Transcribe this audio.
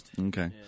Okay